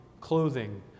clothing